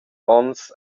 onns